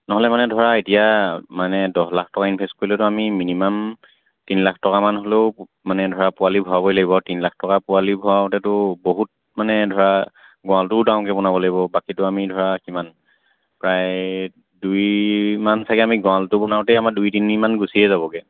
নহ'লে মানে ধৰা এতিয়া মানে দহ লাখ টকা ইনভেষ্ট কৰিলেতো আমি মিনিমাম তিন লাখ টকামান হ'লেও মানে ধৰা পোৱালী ভৰাবই লাগিব আৰু তিনি লাখ টকা পোৱালি ভৰাওঁতেতো বহুত মানে ধৰা গঁৰালটোও ডাঙৰকৈ বনাব লাগিব বাকীটো আমি ধৰা কিমান প্ৰায় দুই মান চাগে আমি গঁৰালটো বনাওঁতেই আমাৰ দুই তিনিমান গুচিয়েই যাবগে